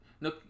No